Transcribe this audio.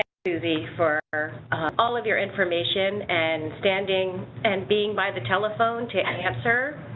suzy for all of your information and standing and being by the telephone to and answer.